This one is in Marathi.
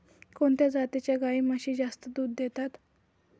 कोणत्या जातीच्या गाई व म्हशी जास्त दूध देतात?